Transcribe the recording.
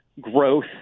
growth